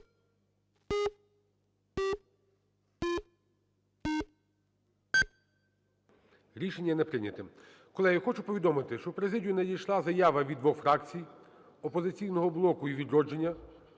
Рішення не прийнято. Колеги, хочу повідомити, що в президію надійшла заява від двох фракцій – "Опозиційного блоку" і "Відродження"